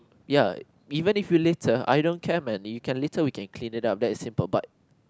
ya even if you litter I don't care man you can litter we can clean it up that is simple but